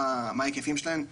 מה ההיקפים שלהן,